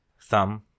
Thumb